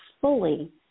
fully